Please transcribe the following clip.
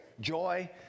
joy